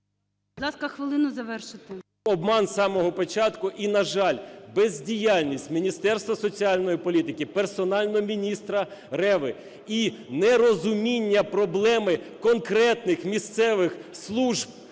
обман з самого початку. І, на жаль, бездіяльність Міністерства соціальної політики, персонально міністра Реви. І нерозуміння проблеми конкретних місцевих служб,